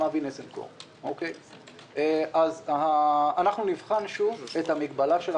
אבי ניסנקורן אז אנחנו נבחן שוב את המגבלה.